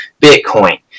Bitcoin